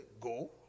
go